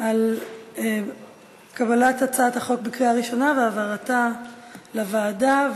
על הצעת החוק בקריאה ראשונה והעברתה לוועדה.